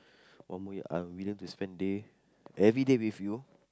one more year I would willing to spend day every day with you